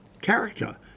character